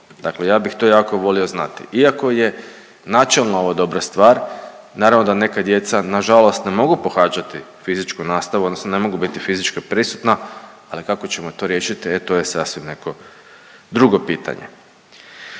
Dakle, ja bih to jako volio znati. Iako je načelno ovo dobra stvar naravno da neka djeca na žalost ne mogu pohađati fizičku nastavu, odnosno ne mogu biti fizički prisutna, ali kako ćemo to riješiti e to je sasvim neko drugo pitanje.